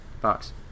box